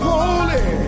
Holy